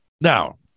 Now